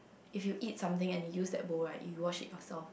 if you eat something and you use that bowl right you wash it yourself